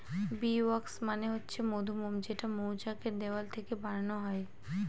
bee wax মানে হচ্ছে মধুমোম যেটা মৌচাক এর দেওয়াল থেকে বানানো হয়